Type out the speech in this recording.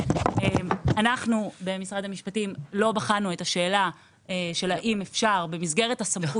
אנחנו במשרד המשפטים לא בחנו את השאלה של האם אפשר במסגרת הסמכות